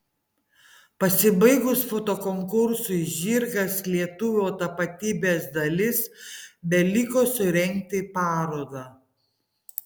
pasibaigus fotokonkursui žirgas lietuvio tapatybės dalis beliko surengti parodą